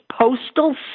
Postal